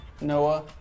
Noah